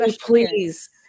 Please